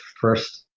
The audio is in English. first